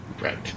right